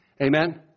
Amen